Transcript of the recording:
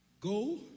Go